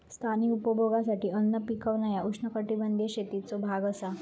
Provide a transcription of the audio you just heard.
स्थानिक उपभोगासाठी अन्न पिकवणा ह्या उष्णकटिबंधीय शेतीचो भाग असा